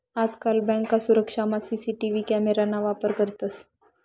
आजकाल बँक सुरक्षामा CCTV camera ना वापर करतंस